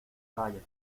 vaya